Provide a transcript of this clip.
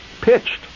Pitched